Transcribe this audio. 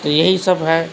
تو یہی سب ہے